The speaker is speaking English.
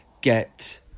get